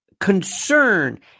concern